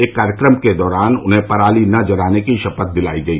एक कार्यक्रम के दौरान उन्हें पराली न जलाने की शपथ दिलाई गई